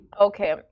Okay